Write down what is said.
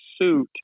suit